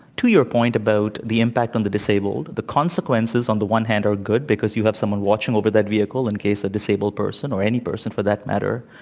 to your point about the impact on the disabled, the consequences, on the one hand, are good because you have someone watching over that vehicle in case a disabled person, or any person for that matter,